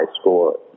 score